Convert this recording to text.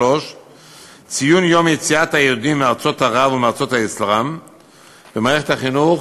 3. ציון יום יציאת היהודים מארצות ערב ומארצות האסלאם במערכת החינוך,